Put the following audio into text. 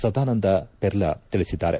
ಸದಾನಂದ ಪೆರ್ಲ ತಿಳಿಸಿದ್ದಾರೆ